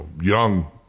Young